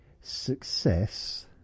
Success